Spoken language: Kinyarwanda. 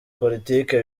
politike